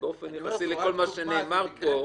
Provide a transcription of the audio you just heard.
באופן יחסי לכל מה שנאמר פה --- זו רק דוגמה.